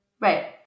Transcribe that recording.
Right